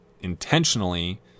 intentionally